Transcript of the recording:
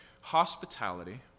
Hospitality